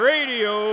Radio